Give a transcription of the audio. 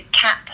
cap